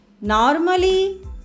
normally